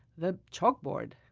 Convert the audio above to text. the chalkboard.